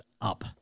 up